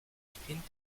sprint